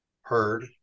heard